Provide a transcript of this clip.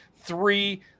three